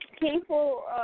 people